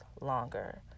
longer